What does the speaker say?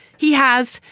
he has,